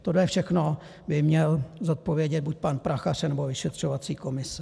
Tohle všechno by měl zodpovědět buď pan Prachař, anebo vyšetřovací komise.